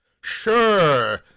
Sure